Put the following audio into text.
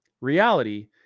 Reality